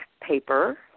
paper